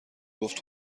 گفت